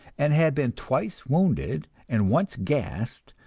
and had been twice wounded and once gassed,